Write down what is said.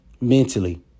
mentally